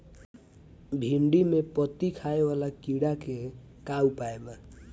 भिन्डी में पत्ति खाये वाले किड़ा के का उपाय बा?